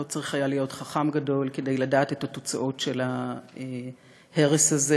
לא היה צריך להיות חכם גדול כדי לדעת את התוצאות של ההרס הזה,